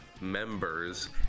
members